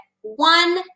one